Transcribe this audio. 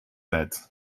tijd